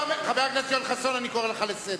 חבר הכנסת יואל חסון, אני קורא לך לסדר.